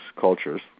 cultures